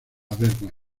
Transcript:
wehrmacht